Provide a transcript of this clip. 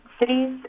cities